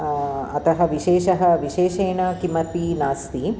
अतः विशेषः विशेषेण किमपि नास्ति